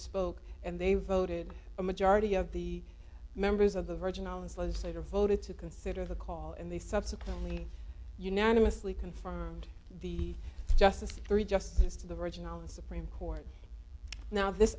spoke and they voted a majority of the members of the virgin islands legislator voted to consider the call and they subsequently unanimously confirmed the justice three justice to the original supreme court now this